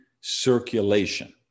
circulation